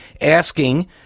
asking